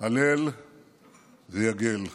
הלל ויגל.